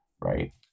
right